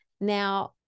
Now